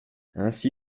ainsi